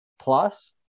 Plus